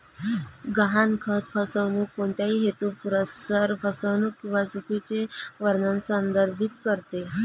गहाणखत फसवणूक कोणत्याही हेतुपुरस्सर फसवणूक किंवा चुकीचे वर्णन संदर्भित करते